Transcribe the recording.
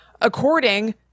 according